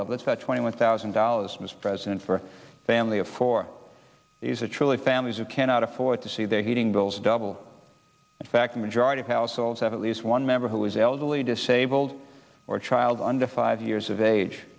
level it's that twenty one thousand dollars mr president for a family of four is a truly families who cannot afford to see their heating bills double in fact a majority of households have at least one member who is elderly disabled or a child under five years of age